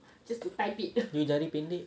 you jari pendek